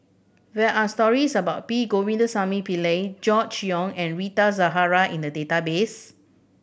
there are stories about P Govindasamy Pillai Gregory Yong and Rita Zahara in the database